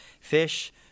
fish